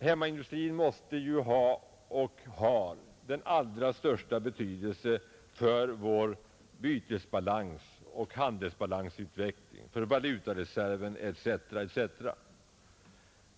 Hemmaindustrin måste ju ha och har den allra största betydelse för vår bytesbalansoch handelsbalansutveckling, för valutareserven, etc.